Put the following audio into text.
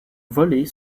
voler